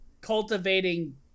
cultivating